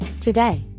Today